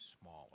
smaller